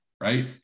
Right